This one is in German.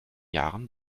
jahren